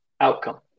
outcome